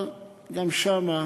אבל גם שם,